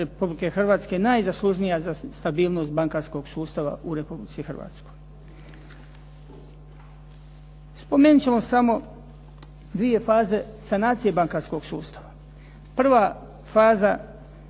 Hrvatske najzaslužnija za stabilnost bankarskog sustava u Republici Hrvatskoj. Spomenut ćemo samo dvije faze sanacije bankarskog sustava. Prva faza